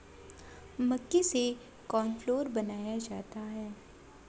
मक्के से कॉर्नफ़्लेक्स बनाया जाता है